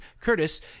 Curtis